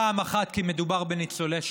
פעם אחת כי מדובר בניצולי שואה,